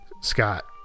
Scott